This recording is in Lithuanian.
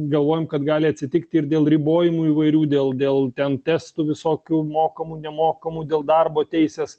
galvojam kad gali atsitikt ir dėl ribojimų įvairių dėl dėl ten testų visokių mokamų nemokamų dėl darbo teisės